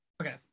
Okay